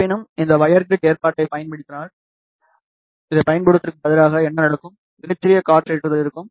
இருப்பினும் இந்த wire grid ஏற்பாட்டைப் பயன்படுத்தினால் இதைப் பயன்படுத்துவதற்குப் பதிலாக என்ன நடக்கும் மிகச் சிறிய காற்று ஏற்றுதல் இருக்கும்